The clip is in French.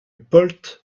polt